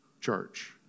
Church